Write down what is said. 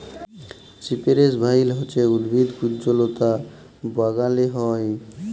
সিপেরেস ভাইল হছে উদ্ভিদ কুল্জলতা বাগালে হ্যয়